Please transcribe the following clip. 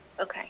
Okay